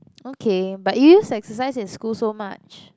okay but you used to exercise in school so much